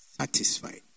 satisfied